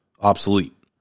obsolete